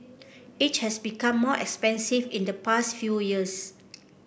it has become more expensive in the past few years